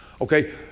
Okay